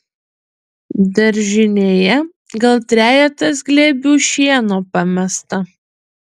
daržinėje gal trejetas glėbių šieno pamesta